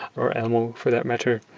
or animal for that matter.